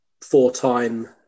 four-time